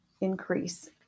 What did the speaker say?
increase